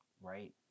right